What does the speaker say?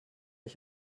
ich